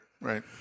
right